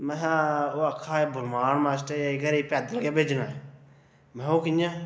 में हा ओह् आक्खै दे बलबान मास्टरे गी अज्ज घरै गी पैदल गै भेजना ऐ में ओह् कियां